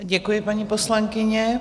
Děkuji, paní poslankyně.